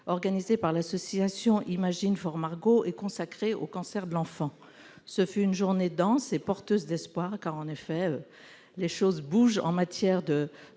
organisé par l'association Imagine for Margo et consacré au cancer de l'enfant. Ce fut une journée dense et porteuse d'espoir, car les choses bougent en matière